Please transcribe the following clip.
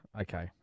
okay